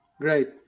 great